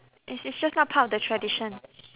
it's it's just not part of the tradition